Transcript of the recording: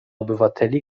obywateli